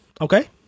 Okay